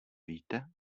víte